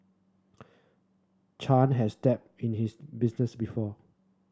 Chan had dabbled in his business before